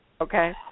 Okay